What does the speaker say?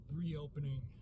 reopening